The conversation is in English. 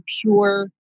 pure